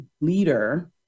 leader